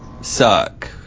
suck